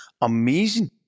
amazing